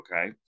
okay